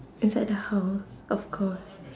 inside the house of course